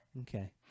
Okay